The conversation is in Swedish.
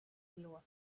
låt